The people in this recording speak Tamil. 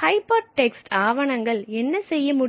ஹைபர்ட்ஸ்ட் ஆவணங்கள் என்ன செய்ய முடியும்